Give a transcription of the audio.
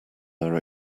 our